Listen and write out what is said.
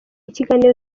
kiganiro